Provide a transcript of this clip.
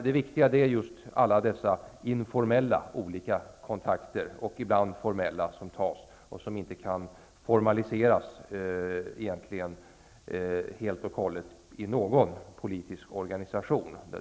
Det viktiga är dock alla dessa informella -- och ibland formella -- olika kontakter som tas och som helt och hållet inte kan formaliseras i någon politisk organisation.